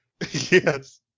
yes